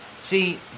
See